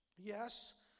Yes